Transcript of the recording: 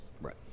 Right